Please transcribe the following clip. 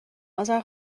اذر